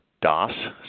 DOS